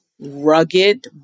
rugged